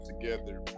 together